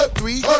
three